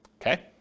okay